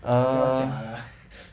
err